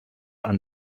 under